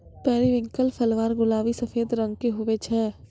periwinkle flower गुलाबी सफेद रंग के हुवै छै